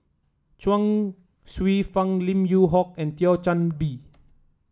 Chuang Hsueh Fang Lim Yew Hock and Thio Chan Bee